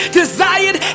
desired